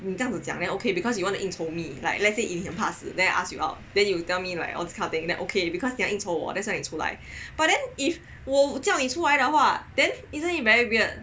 你这样子讲了 ok because you want to 应酬 me like let's say 你怕死 then I ask you out then you tell me like this kind of thing then okay because 你要应酬我 that's why 你出来 but then if 我叫你出来的话 then isn't it very weird